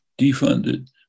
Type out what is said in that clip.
defunded